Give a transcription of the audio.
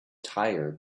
tire